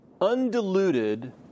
undiluted